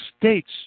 states